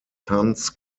tanz